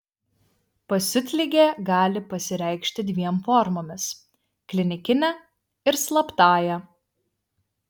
pasiutligė gali pasireikšti dviem formomis klinikine ir slaptąja